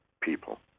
people